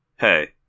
hey